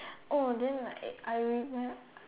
oh then like I